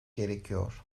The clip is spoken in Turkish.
gerekiyor